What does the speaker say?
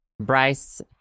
Bryce